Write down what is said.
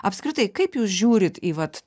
apskritai kaip jūs žiūrit į vat